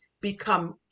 become